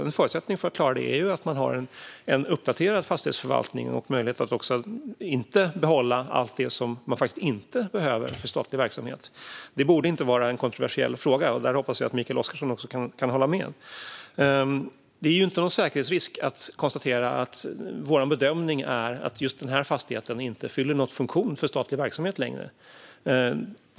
En förutsättning för att klara detta är att man har en uppdaterad fastighetsförvaltning och även möjlighet att inte behålla allt det som man faktiskt inte behöver för statlig verksamhet. Det borde inte vara en kontroversiell fråga. Jag hoppas att Mikael Oscarsson kan hålla med om det. Det är ingen säkerhetsrisk att konstatera att vår bedömning är att en viss fastighet inte längre fyller någon funktion för statlig verksamhet.